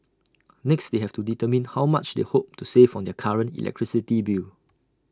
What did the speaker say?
next they have to determine how much they hope to save on their current electricity bill